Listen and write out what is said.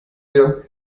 wir